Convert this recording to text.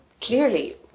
clearly